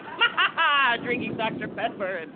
um ah drinking dr. pepper, and